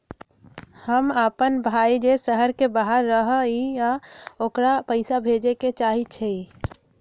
हमर अपन भाई जे शहर के बाहर रहई अ ओकरा पइसा भेजे के चाहई छी